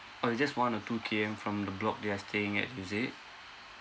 orh it just one or two K_M from the block they are staying at is it